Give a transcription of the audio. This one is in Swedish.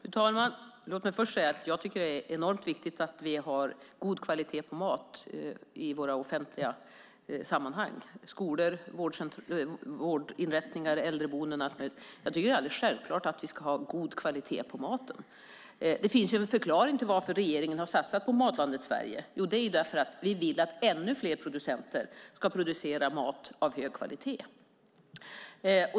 Fru talman! Låt mig först säga att jag tycker att det är enormt viktigt att vi har god kvalitet på mat i våra offentliga sammanhang - skolor, vårdinrättningar, äldreboenden och allt möjligt. Jag tycker att det är alldeles självklart att vi ska ha god kvalitet på maten. Det finns ju en förklaring till att regeringen har satsat på Matlandet Sverige. Det har vi gjort för att vi vill att ännu fler producenter ska producera mat av hög kvalitet.